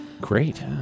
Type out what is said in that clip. Great